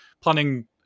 planning